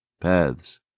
paths